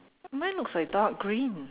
mine looks like dark green